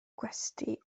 gwesty